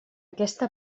aquesta